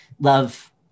love